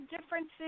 differences